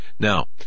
Now